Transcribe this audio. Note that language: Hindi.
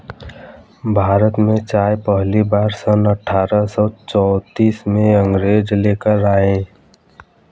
भारत में चाय पहली बार सन अठारह सौ चौतीस में अंग्रेज लेकर आए